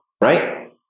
right